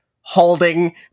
holding